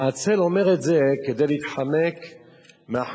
העצל אומר את זה כדי להתחמק מאחריות,